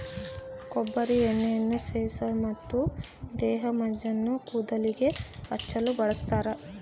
ಕೊಬ್ಬರಿ ಎಣ್ಣೆಯನ್ನು ಸೇವಿಸಲು ಮತ್ತು ದೇಹಮಜ್ಜನ ಕೂದಲಿಗೆ ಹಚ್ಚಲು ಬಳಸ್ತಾರ